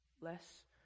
less